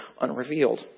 unrevealed